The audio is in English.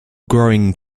growing